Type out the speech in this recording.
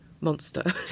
monster